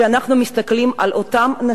אנחנו מסתכלים על אותן נשים